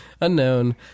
unknown